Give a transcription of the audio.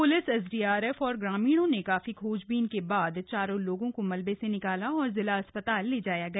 police SDRF और ग्रामीणों ने काफी खोजबीन के बाद चारों लोगों को मलबे से निकाला और जिला अस्पताल ले जाया गया